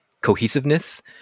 cohesiveness